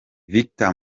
victor